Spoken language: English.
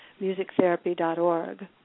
musictherapy.org